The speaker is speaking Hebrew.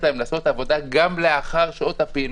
להם לעשות את העבודה גם לאחר שעות הפעילות.